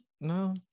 no